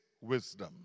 wisdom